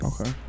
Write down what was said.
Okay